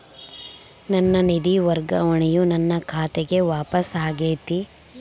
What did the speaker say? ನನ್ನ ನಿಧಿ ವರ್ಗಾವಣೆಯು ನನ್ನ ಖಾತೆಗೆ ವಾಪಸ್ ಆಗೈತಿ